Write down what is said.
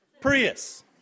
Prius